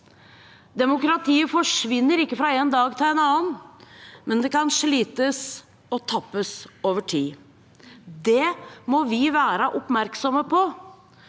Demokratiet forsvinner ikke fra en dag til en annen, men det kan slites og tappes over tid. Det må vi være oppmerksomme på,